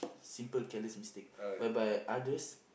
simple careless mistake whereby others